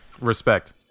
Respect